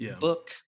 book